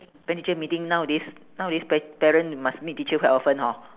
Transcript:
parent teacher meeting nowadays nowadays pa~ parent must meet teacher quite often hor